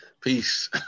peace